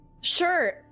sure